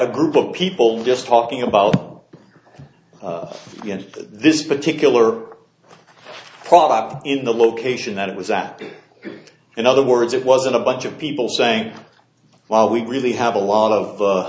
a group of people just talking about this particular product in the location that it was active in other words it wasn't a bunch of people saying well we really have a lot of